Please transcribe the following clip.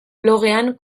blogean